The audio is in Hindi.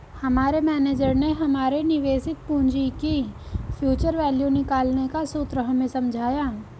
हमारे मेनेजर ने हमारे निवेशित पूंजी की फ्यूचर वैल्यू निकालने का सूत्र हमें समझाया